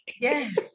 Yes